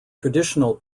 traditional